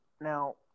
Now